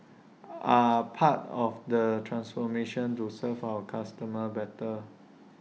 are part of the transformation to serve our customers better